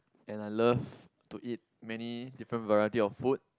and I love to eat many different variety of food